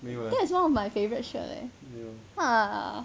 that's one of my favourite shirt leh !wah!